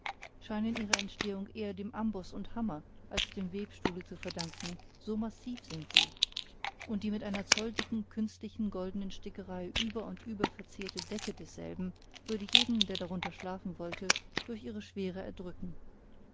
scheinen ihre entstehung eher dem amboß und hammer als dem webstuhle zu verdanken so massiv sind sie und die mit einer zolldicken künstlichen goldenen stickerei über und über verzierte decke desselben würde jeden der darunter schlafen wollte durch ihre schwere erdrücken